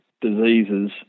diseases